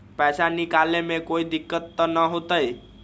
पैसा निकाले में कोई दिक्कत त न होतई?